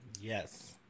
Yes